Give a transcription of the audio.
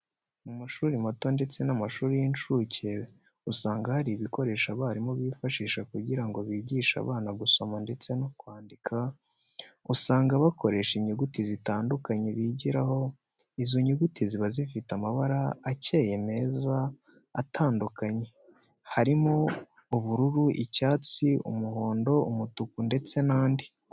Mu mashuri mato ndetse n'amashuri y'incuke, usanga hari ibikoresho abarimu bifashisha kugira ngo bigishe abana gusoma ndetse no kwandika, usanga bakoresha inyuguti zitandukanye bigiraho, izo nyuguti ziba zifite amabara akeye meza atandukanye, harimo ubururu, icyatsi, umuhondo, umutuku, ndetse n'andi.